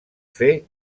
fer